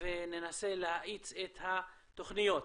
וננסה להאיץ את התוכניות.